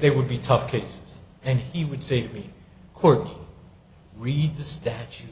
they would be tough cases and he would say to me court read the statute